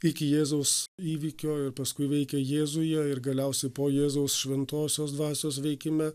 iki jėzaus įvykio ir paskui veikia jėzuje ir galiausiai po jėzaus šventosios dvasios veikime